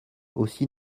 aussi